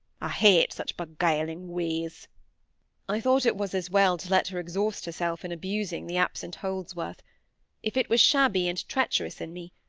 i hate such beguiling ways i thought it was as well to let her exhaust herself in abusing the absent holdsworth if it was shabby and treacherous in me,